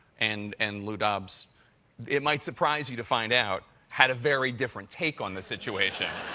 and and lou dobbs it might surprise you to find out, had a very different take on the situation.